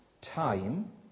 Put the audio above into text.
time